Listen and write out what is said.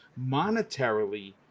monetarily